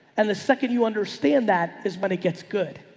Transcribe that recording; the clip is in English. and the second you understand that is when it gets good.